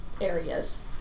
areas